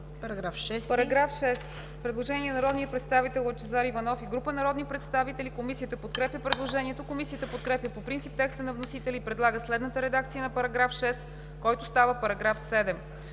По § 6 има предложение от народния представител Лъчезар Иванов и група народни представители. Комисията подкрепя предложението. Комисията подкрепя по принцип текста на вносителя и предлага следната редакция на § 6, който става § 7: „§ 7.